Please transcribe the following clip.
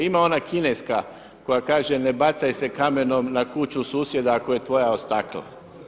Ima ona kineska koja kaže: „Ne bacaj se kamenom na kuću susjeda ako je tvoja od stakla.